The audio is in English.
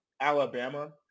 Alabama